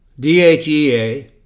DHEA